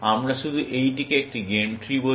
আমরা শুধু এইটিকে একটি গেম ট্রি বলি